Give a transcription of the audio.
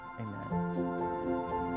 Amen